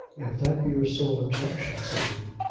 if that be your sole objection, said he,